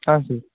thank you